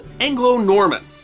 Anglo-Norman